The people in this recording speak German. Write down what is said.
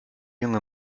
junge